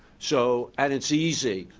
so, and it's easy.